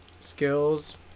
Skills